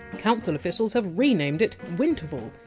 council officials have renamed it! winterval!